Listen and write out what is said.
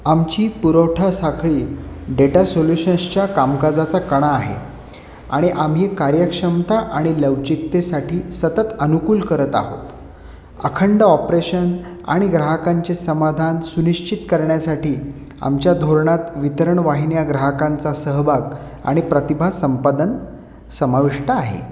आमची पुरवठा साखळी डेटा सोल्युशन्सच्या कामकाजाचा कणा आहे आणि आम्ही कार्यक्षमता आणि लवचिकतेसाठी सतत अनुकूल करत आहोत अखंड ऑपरेशन आणि ग्राहकांचे समाधान सुनिश्चित करण्यासाठी आमच्या धोरणात वितरण वाहिन्या ग्राहकांचा सहभाग आणि प्रतिभा संपादन समाविष्ट आहे